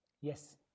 Yes